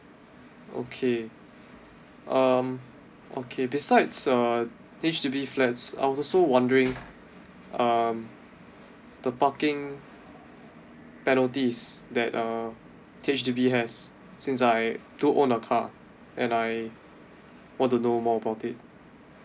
okay um okay besides uh H_D_B flats I was also wondering um the parking penalties that uh H_D_B has since I do own a car and I want to know more about it